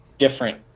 different